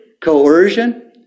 coercion